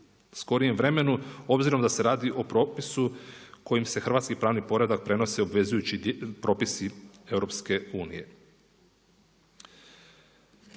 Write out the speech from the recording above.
skorijem vremenu obzirom da se radi o propisu kojim se hrvatski pravni poredak prenose obvezujući propisi EU.